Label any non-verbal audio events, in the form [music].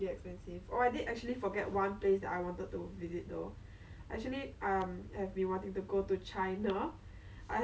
你就驾车就比较好 but the thing is I don't have a license lah and then [noise] I think last year like I had a friend who